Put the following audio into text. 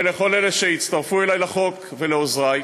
ולכל אלה שהצטרפו אלי לחוק, ולעוזרי,